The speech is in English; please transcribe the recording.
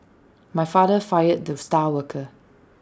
my father fired the star worker